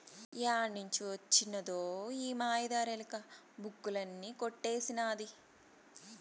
ఏడ్నుంచి వొచ్చినదో ఈ మాయదారి ఎలక, బుక్కులన్నీ కొట్టేసినాది